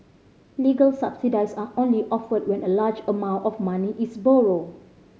legal subsidies are only offered when a large amount of money is borrowed